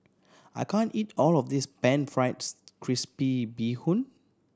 I can't eat all of this pan fries crispy bee hoon